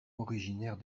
originaires